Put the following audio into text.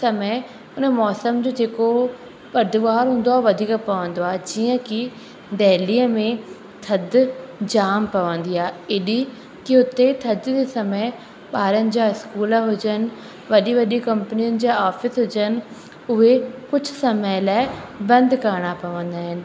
समय उन मौसम जो जेको पधवारु हूंदो आहे वधीक पवंदो आहे जीअं की दिल्लीअ में थधि जामु पवंदी आहे अहिड़ी की हुते थधि जे समय ॿारनि जा इस्कूल हुजनि वॾी वॾी कंपनियुनि जा ऑफ़िस हुजनि उहे कुझु समय लाइ बंदि करिणा पवंदा आहिनि